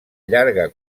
llarga